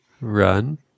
Run